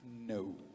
No